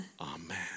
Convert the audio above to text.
Amen